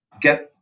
get